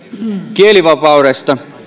kielivapauden